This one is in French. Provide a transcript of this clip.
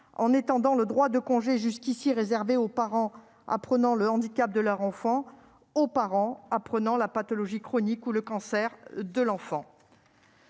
en étendant le droit à congé jusqu'ici réservé aux parents apprenant le handicap de leur enfant aux parents apprenant la pathologie chronique ou le cancer de leur enfant.